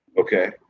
okay